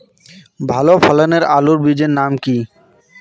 ভালো ফলনের আলুর বীজের নাম কি?